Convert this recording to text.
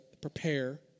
prepare